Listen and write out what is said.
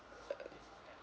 uh